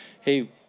hey